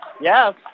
yes